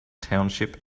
township